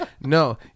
No